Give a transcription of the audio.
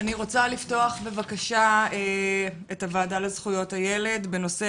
אני רוצה לפתוח בבקשה את הועדה לזכויות הילד בנושא